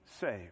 saved